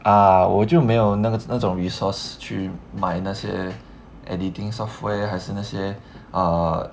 啊我就没有那个那种 resource 去买那些 editing software 还是那些 err